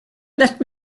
let